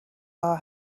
our